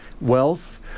wealth